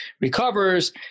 recovers